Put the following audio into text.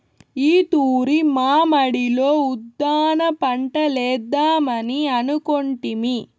ఈ తూరి మా మడిలో ఉద్దాన పంటలేద్దామని అనుకొంటిమి